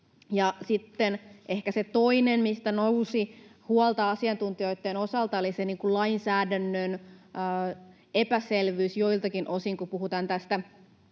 Sitten ehkä se toinen, mistä nousi huolta asiantuntijoitten osalta, oli lainsäädännön epäselvyys joiltakin osin, kun puhutaan tästä